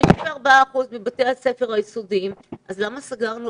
ו-54 אחוזים בתי הספר היסודיים היו נקיים מהדבקה,